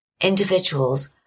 Individuals